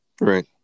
Right